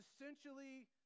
essentially